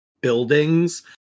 buildings